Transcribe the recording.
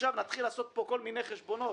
עכשיו נתחיל לעשות פה כל מיני חשבונות